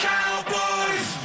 Cowboys